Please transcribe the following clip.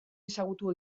ezagutu